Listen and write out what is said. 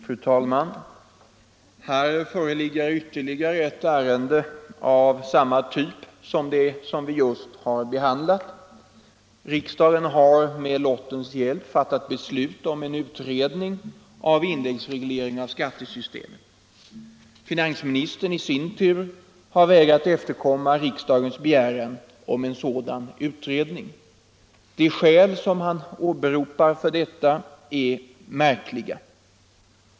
Fru talman! Här föreligger ett ärende av samma typ som det vi just har behandlat. Riksdagen har med lottens hjälp fattat beslut om en utredning av indexreglering av skattesystemet. Finansministern i sin tur har vägrat att efterkomma riksdagens begäran om en sådan utredning. De skäl som han åberopar härför är märkliga.